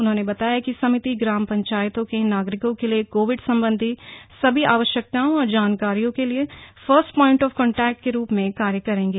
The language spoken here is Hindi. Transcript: उन्होने बताया कि समिति ग्राम पंचायतों के नागरिकों के लिए कोविड संबंधी सभी आवश्यकताओं और जानकारी के लिए फर्स्ट प्वाइंट ऑफ कान्टेक्ट के रूप में कार्य करेंगे